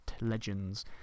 legends